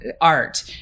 art